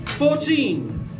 Fourteen